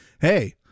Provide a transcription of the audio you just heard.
hey